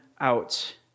out